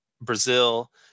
Brazil